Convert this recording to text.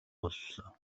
боллоо